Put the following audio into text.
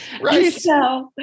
Right